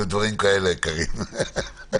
עבודות יצירה.